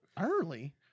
early